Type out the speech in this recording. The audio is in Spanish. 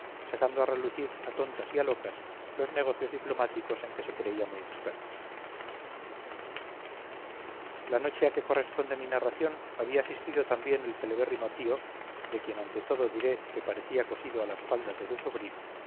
sacando a relucir a tontas y a locas los negocios diplomáticos en que se creía muy experto la noche a que corresponde mi narración había asistido también el celebérrimo tío de quien ante todo diré que parecía cosido a las faldas de su sobrina